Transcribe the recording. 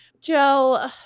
Joe